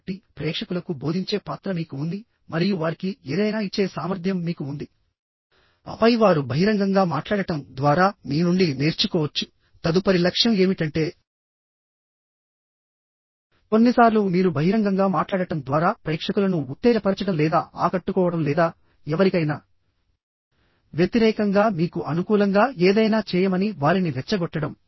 కాబట్టి ప్రేక్షకులకు బోధించే పాత్ర మీకు ఉంది మరియు వారికి ఏదైనా ఇచ్చే సామర్థ్యం మీకు ఉంది ఆపై వారు బహిరంగంగా మాట్లాడటం ద్వారా మీ నుండి నేర్చుకోవచ్చు తదుపరి లక్ష్యం ఏమిటంటే కొన్నిసార్లు మీరు బహిరంగంగా మాట్లాడటం ద్వారా ప్రేక్షకులను ఉత్తేజపరచడం లేదా ఆకట్టుకోవడం లేదా ఎవరికైనా వ్యతిరేకంగా మీకు అనుకూలంగా ఏదైనా చేయమని వారిని రెచ్చగొట్టడం